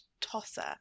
tosser